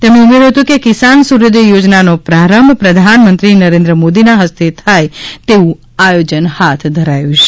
તેમણે ઉમેર્યું હતું કે કિસાન સૂર્યોદય યોજનાનો પ્રારંભ પ્રધાનમંત્રી નરેન્દ્ર મોદીના હસ્તે થાય તેવું આયોજન હાથ ધરાયું છે